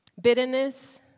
Bitterness